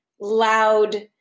loud